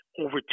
over